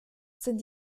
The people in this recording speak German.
sind